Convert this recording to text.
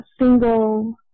single